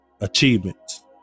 Achievements